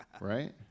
Right